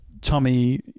Tommy